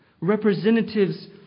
representatives